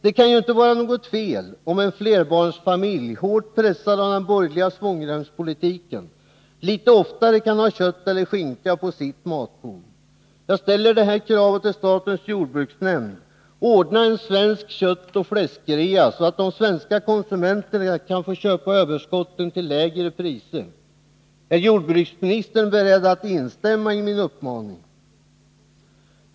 Det kan ju inte vara något fel om en flerbarnsfamilj — hårt pressad av den borgerliga svångremspolitiken — litet oftare kan ha kött eller skinka på sitt matbord. Jag riktar kravet till statens jordbruksnämnd: Ordna en svensk köttoch fläskrea så att de svenska konsumenterna kan få köpa överskotten till lägre priser. Är jordbruksministern beredd att instämma i min uppmaning?